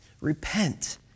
Repent